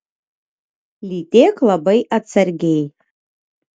lytėk labai atsargiai